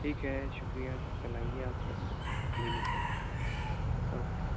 ٹھیک ہے شکریہ کل آئیے آپ دفتر کلینک میں اوکے